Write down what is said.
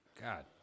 God